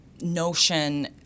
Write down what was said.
notion